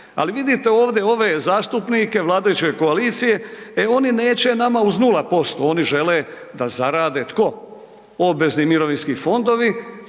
Ali vidite ovdje ove zastupnike vladajuće koalicije, e oni neće nama uz 0% oni žele da zarade, tko, obvezni mirovinski fondovi